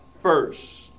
First